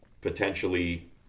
potentially